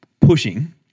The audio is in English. pushing